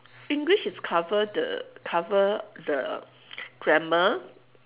english is cover the cover the grammar